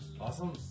awesome